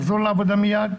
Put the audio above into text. לחזור לעבודה מיד.